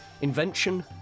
invention